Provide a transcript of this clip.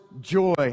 joy